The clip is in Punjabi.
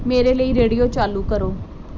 ਮੇਰੇ ਲਈ ਰੇਡੀਓ ਚਾਲੂ ਕਰੋ